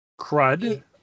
Crud